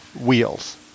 wheels